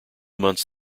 months